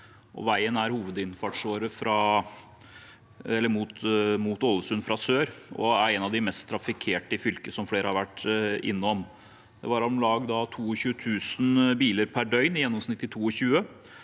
Veien er hovedinnfartsåre mot Ålesund fra sør og er en av de mest trafikkerte i fylket, som flere har vært innom. Det var om lag 22 000 biler per døgn i gjennomsnitt i 2022.